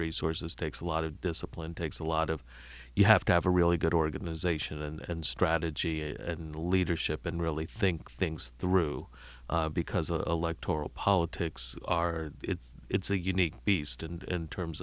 resources takes a lot of discipline takes a lot of you have to have a really good organization and strategy and leadership and really think things through because a like toral politics are it's a unique beast and terms